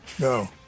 No